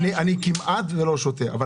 היום אני כמעט ולא שותה משקאות ממותקים,